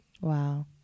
Wow